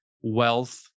wealth